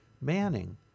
Manning